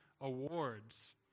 awards